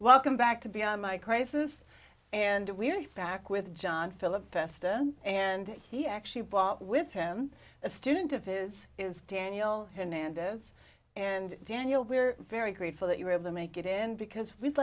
welcome back to beyond my crisis and we're back with john philip fester and he actually brought with him a student of his is daniel hernandez and daniel we're very grateful that you were able to make it in because we'd